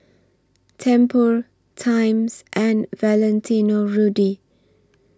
Tempur Times and Valentino Rudy